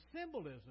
symbolism